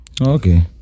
Okay